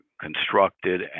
constructed